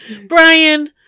Brian